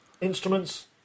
instruments